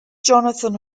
jonathan